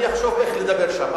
אני אחשוב איך לדבר שם.